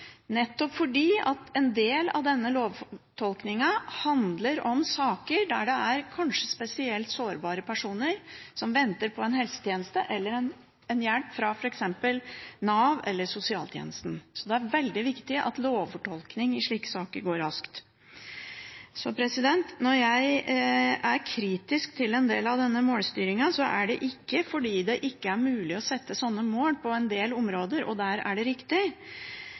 nettopp fordi en del av denne lovfortolkningen handler om saker der det kanskje er spesielt sårbare personer som venter på en helsetjeneste eller på hjelp fra f.eks. Nav eller sosialtjenesten. Det er veldig viktig at lovfortolkningen i slike saker går raskt. Når jeg er kritisk til en del av denne målstyringen, er det ikke fordi det ikke er mulig å sette seg slike mål på en del områder. Der er det riktig.